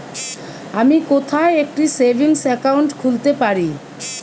আমি কোথায় একটি সেভিংস অ্যাকাউন্ট খুলতে পারি?